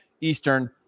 Eastern